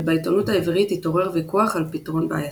ובעיתונות העברית התעורר ויכוח על פתרון בעייתם.